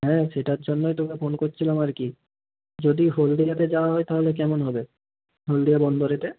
হ্যাঁ সেটার জন্যই তোকে ফোন করছিলাম আর কি যদি হলদিয়াতে যাওয়া হয় তাহলে কেমন হবে হলদিয়া বন্দরেতে